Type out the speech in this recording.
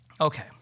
okay